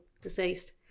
deceased